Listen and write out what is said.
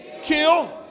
kill